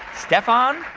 stefan,